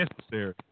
necessary